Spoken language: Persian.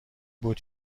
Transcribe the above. بود